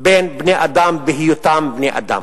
בין בני-אדם בהיותם בני-אדם.